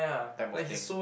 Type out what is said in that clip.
type of thing